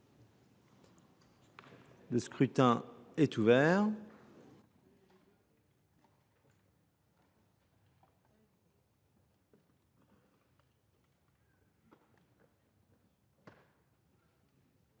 Le scrutin est ouvert.